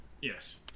Yes